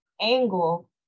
angle